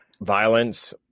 violence